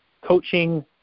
coaching